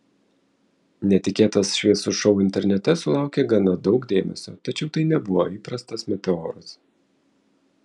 netikėtas šviesų šou internete sulaukė gana daug dėmesio tačiau tai nebuvo įprastas meteoras